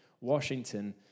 Washington